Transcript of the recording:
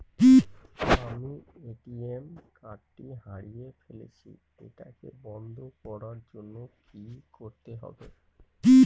আমি ATM card টি হারিয়ে ফেলেছি এটাকে বন্ধ করার জন্য কি করতে হবে?